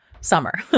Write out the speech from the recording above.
summer